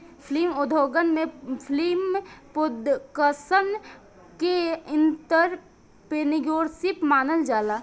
film उद्योगन में film production के एंटरप्रेन्योरशिप मानल जाला